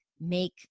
make